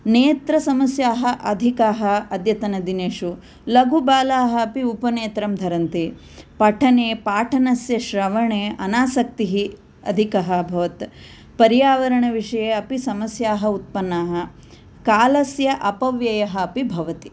नेत्रसमस्याः अधिकाः अद्यतनदिनेषु लघुबालाः अपि उपनेत्रं धरन्ति पठने पाठनस्य श्रवणे अनासक्तिः अधिकः अभवत् पर्यावरणविषये अपि समस्याः उत्पन्नाः कालस्य अपव्यवः अपि भवति